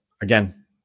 again